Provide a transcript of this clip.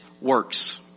works